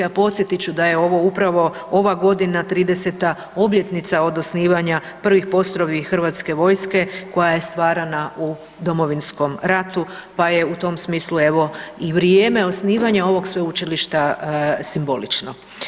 A podsjetit ću da je ovo upravo ova godina 30-ta obljetnica od osnivanja prvih postrojbi hrvatske vojske koja je stvarana u Domovinskom ratu pa je u tom smislu evo i vrijeme osnivanja ovog sveučilišta simbolično.